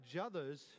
others